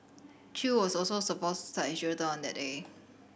Chew was also supposed to start his jail term on that day